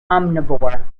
omnivore